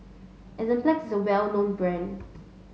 Enzyplex is well known brand